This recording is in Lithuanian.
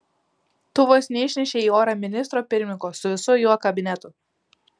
tu vos neišnešei į orą ministro pirmininko su visu jo kabinetu